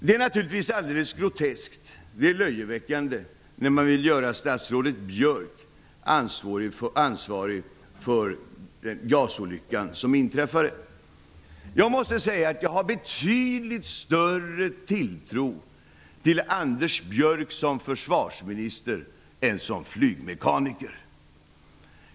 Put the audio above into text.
Det är naturligtvis groteskt och löjeväckande att man vill göra statsrådet Björck ansvarig för JAS olyckan. Jag har betydligt större tilltro till Anders Björck som försvarsminister än som flygmekaniker.